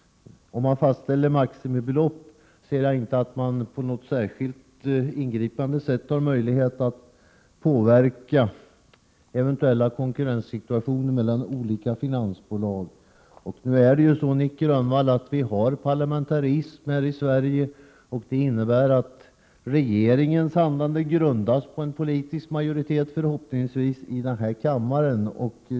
Om man fastställer ett maximibelopp kan jag inte se att man på något särskilt ingripande sätt har möjlighet att påverka eventuella konkurrenssituationer mellan olika finansbolag. Nu är det ju så, Nic Grönvall, att vi har parlamentarism i Sverige. Det innebär att regeringens handlande förhoppningsvis grundas på en politisk majoritet i denna kammare.